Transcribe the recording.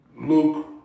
look